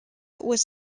was